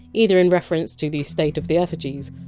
either in reference to the state of the effigies,